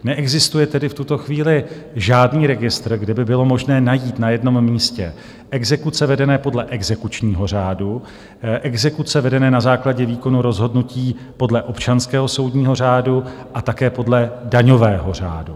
Neexistuje tedy v tuto chvíli žádný registr, kde by bylo možné najít na jednom místě exekuce vedené podle exekučního řádu, exekuce vedené na základě výkonu rozhodnutí podle občanského soudního řádu a také podle daňového řádu.